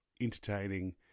entertaining